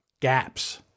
gaps